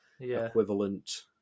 equivalent